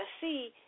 see